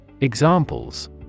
Examples